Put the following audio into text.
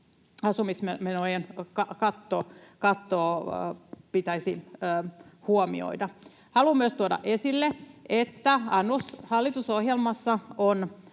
asumismenojen katto, pitäisi huomioida. Haluan myös tuoda esille, että hallitusohjelmassa on